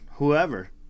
Whoever